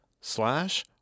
slash